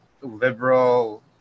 liberal